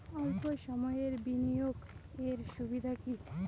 অল্প সময়ের বিনিয়োগ এর সুবিধা কি?